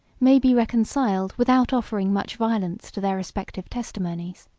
may be reconciled without offering much violence to their respective testimonies.